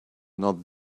not